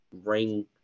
ring